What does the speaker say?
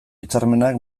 hitzarmenak